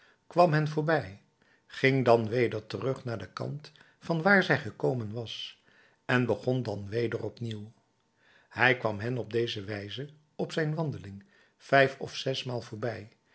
kwam hen voorbij ging dan weder terug naar den kant van waar hij gekomen was en begon dan weder opnieuw hij kwam hen op deze wijze op zijn wandeling vijf of zesmaal voorbij